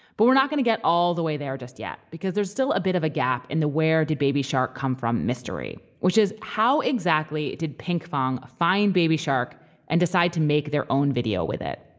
but we're not going to get all the way there just yet because there's still a bit of a gap in the where did baby shark come from mystery, which is, how exactly did pinkfong find baby shark and decide to make their own video with it?